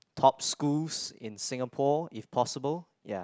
top schools in Singapore if possible ya